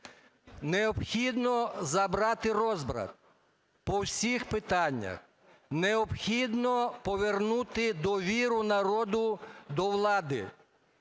Необхідно забрати розбрат по всіх питаннях. Необхідно повернути довіру народу до влади.